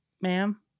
ma'am